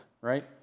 right